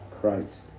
Christ